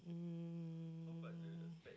um